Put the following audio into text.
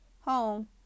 home